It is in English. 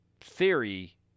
theory